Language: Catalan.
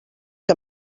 que